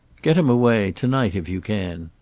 get him away, to-night if you can.